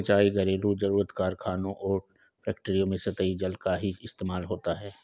सिंचाई, घरेलु जरुरत, कारखानों और फैक्ट्रियों में सतही जल का ही इस्तेमाल होता है